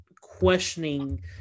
questioning